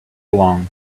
along